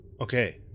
Okay